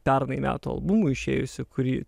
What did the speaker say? pernai metų albumo išėjusio kurį